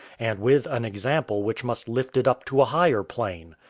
and with an example which must lift it up to a higher plane.